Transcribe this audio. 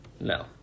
No